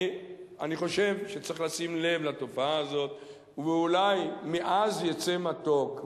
אני חושב שצריך לשים לב לתופעה הזאת ואולי מעז יצא מתוק,